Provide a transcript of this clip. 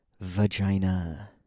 vagina